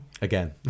Again